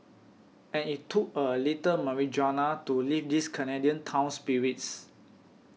and it took a little marijuana to lift this Canadian town's spirits